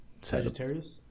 Sagittarius